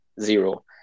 Zero